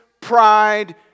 pride